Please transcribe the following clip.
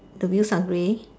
the wheels are grey